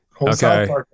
okay